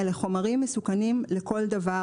אלה חומרים מסוכנים לכל דבר.